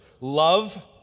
love